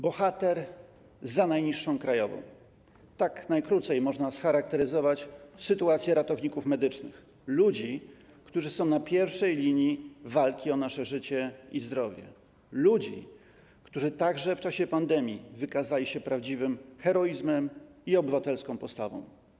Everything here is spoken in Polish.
Bohater za najniższą krajową - tak najkrócej można scharakteryzować sytuację ratowników medycznych, ludzi, którzy są na pierwszej linii walki o nasze życie i zdrowie, ludzi, którzy także w czasie pandemii wykazali się prawdziwym heroizmem i obywatelską postawą.